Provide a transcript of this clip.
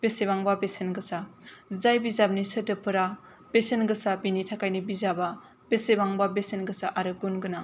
बेसेबांबा बेसेन गोसा जाय बिजाबनि सोदोबफोरा बेसेन गोसा बेनि थाखायनो बिजाबा बेसेबांबा बेसेन गोसा आरो गुन गोनां